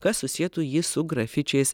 kas susietų jį su grafičiais